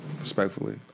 respectfully